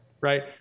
Right